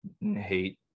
Hate